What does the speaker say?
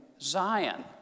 Zion